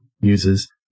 uses